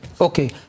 Okay